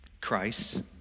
Christ